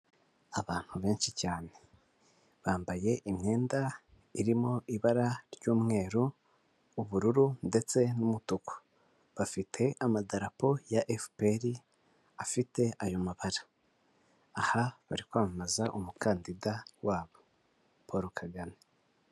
Abantu benshi cyane bambaye imyenda irimo ibara ry'umweru, ubururu ndetse n'umutuku; bafite amadarapo ya FPR afite ayo mabara; aha bari kwamamaza umukandida wabo Paul Kagame.